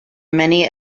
many